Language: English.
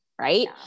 Right